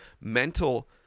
mental